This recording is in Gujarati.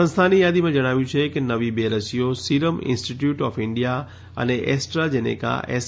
સંસ્થાની યાદીમાં જણાવ્યું છે કે નવી બે રસીઓ સીરમ ઇન્સ્ટીટ્યુટ ઓફ ઇન્ડિયા અને એસ્ટ્રા ઝેનેકા એસ